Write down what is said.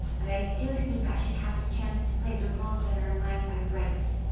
but i do think i should have the chance to play the roles that are mine by rights.